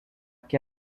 qui